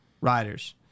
riders